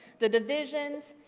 the divisions,